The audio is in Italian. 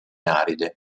aride